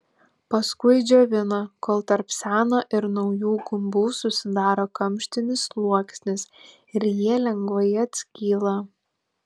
paskui džiovina kol tarp seno ir naujų gumbų susidaro kamštinis sluoksnis ir jie lengvai atskyla